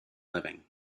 living